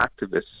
activists